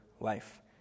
life